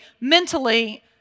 mentally